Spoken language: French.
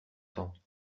temps